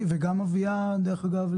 אבל יש גם היום סמכויות פיקוח של משרד